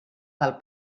del